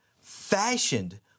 fashioned